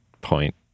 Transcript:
point